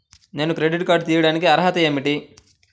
నేను credit card తీయడానికి అర్హత ఏమిటి?